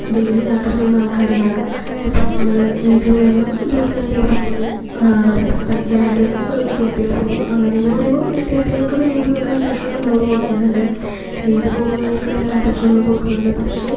daily യാത്ര ചെയുന്ന ആൾക്കാരെയാണ് ഇപ്പോൾ നമ്മള് വീട്ടിൽ നിന്നും ജോലി സ്ഥലത്തേക്ക് പോകുന്നു പിന്നെ പഠിക്കാനായിട്ട് വിദ്യാർഥികൾ പോകുന്നു അങ്ങനെ എന്ന് പറയുമ്പോൾ വിദ്യാർത്ഥികൾക്ക് വേണ്ടിയൊരു കൺസെഷൻ നമ്മളിവിടെ കൊടുക്കുന്നുണ്ട് ഡെയിലി പോകുന്നവർക്കു വേണ്ടിയുള്ള കൺസെഷൻ നമ്മള് കൊടുക്കുന്നുണ്ട് പക്ഷെ